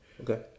Okay